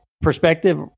perspective